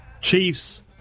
Chiefs